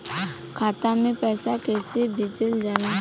खाता में पैसा कैसे भेजल जाला?